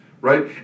Right